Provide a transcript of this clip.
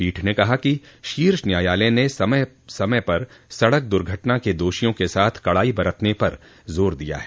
पीठ ने कहा कि शीर्ष न्यायालय ने समय समय पर सड़क दुर्घटना के दोषियों के साथ कड़ाई बरतने पर जोर दिया है